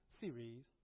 series